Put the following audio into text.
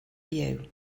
byw